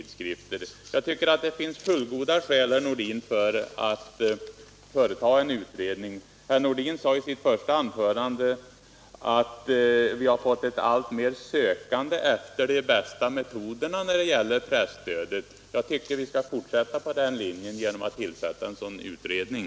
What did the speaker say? Det finns alltså fullgoda skäl, herr Nordin, för en utredning. Herr Nordin sade i sitt första anförande att vi har fått ett allt större sökande efter de bästa metoderna när det gäller presstödet. Jag tycker vi skall fortsätta på den vägen genom att tillsätta en utredning.